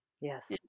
Yes